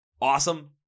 awesome